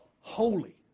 holy